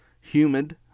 humid